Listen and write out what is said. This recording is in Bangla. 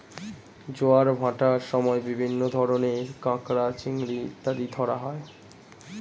জোয়ার ভাটার সময় বিভিন্ন ধরনের কাঁকড়া, চিংড়ি ইত্যাদি ধরা হয়